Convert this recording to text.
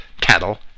cattle